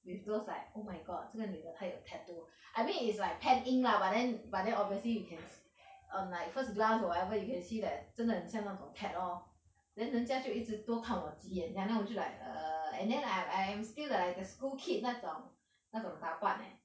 with those like oh my god 这个女的她有 tattoo I mean it's like pen ink lah but then but then obviously you can um like first glance or whatever you can see that 真的很像那种 tat~ lor then 人家就一直多看了几眼 then 那我就 like err and then I I'm still like the school kid 那种那种打扮 eh so you think you ah lian